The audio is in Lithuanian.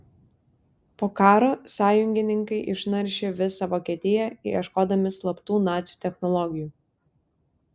po karo sąjungininkai išnaršė visą vokietiją ieškodami slaptų nacių technologijų